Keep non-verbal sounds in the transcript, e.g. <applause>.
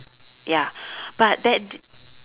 ya <breath> but that